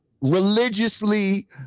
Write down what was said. religiously